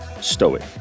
stoic